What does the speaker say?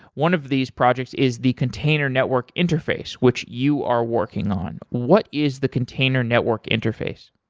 one of these projects is the container network interface which you are working on. what is the container network interface?